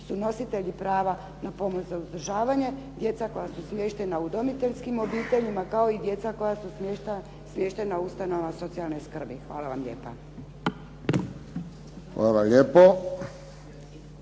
su nositelji prava na pomoć za uzdržavanje, djeca koja su smještena u udomiteljskim obiteljima, kao i djeca koja su smještena u ustanovama socijalne skrbi. Hvala vam lijepo.